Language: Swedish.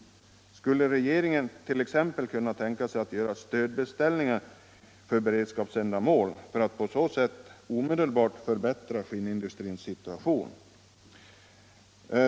Skulle regeringen t.ex. kunna tänka sig att göra stödbeställningar för beredskapsändamål för att på så sätt omedelbart förbättra skinnindustrins situation?